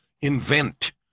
invent